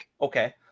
Okay